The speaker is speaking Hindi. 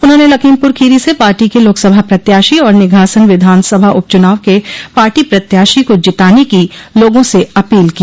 उन्होंने लखीमपुर खीरी से पार्टी के लोकसभा प्रत्याशी और निघासन विधानसभा उप चुनाव के पार्टी प्रत्याशी को जिताने की लोगों से अपील की